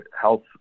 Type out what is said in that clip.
health